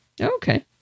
Okay